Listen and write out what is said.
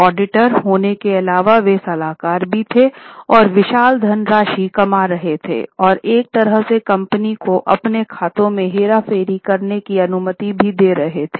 auditor होने के अलावा वे सलाहकार भी थे और विशाल धन राशि कमा रहे थे और एक तरह से कंपनी को अपने खातों में हेरफेर करने की अनुमति भी दे रहे थे